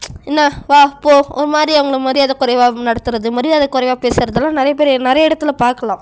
என்ன வா போ ஒரு மாதிரி அவங்கள மரியாதை குறைவா நடத்துவது மரியாதை குறைவா பேசுகிறதெல்லாம் நிறைய பேர் நிறைய இடத்துல பார்க்கலாம்